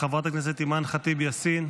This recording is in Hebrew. חברת הכנסת אימאן ח'טיב יאסין,